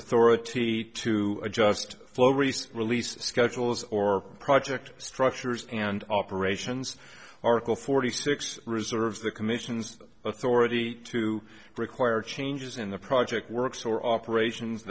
authority to just flow recent release schedules or project structures and operations article forty six reserves the commission's authority to require changes in the project works or operations